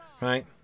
Right